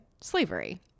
slavery